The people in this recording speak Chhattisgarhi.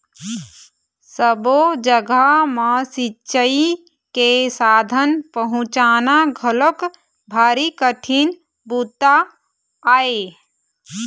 सब्बो जघा म सिंचई के साधन पहुंचाना घलोक भारी कठिन बूता आय